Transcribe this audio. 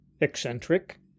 eccentric